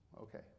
Okay